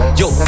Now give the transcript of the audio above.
yo